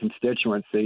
constituency